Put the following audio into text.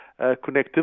connectivity